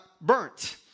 burnt